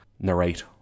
narrate